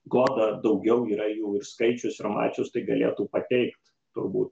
goda daugiau yra jų ir skaičius ir mačius tai galėtų pateikt turbūt